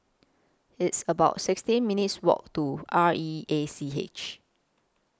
It's about sixteen minutes' Walk to R E A C H